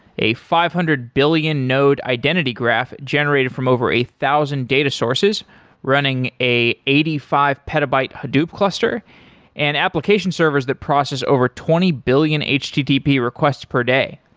a five hundred billion node identity graph generated from over a thousand data sources running a eighty five petabyte hadoop cluster and application servers that process over twenty billion http requests per day.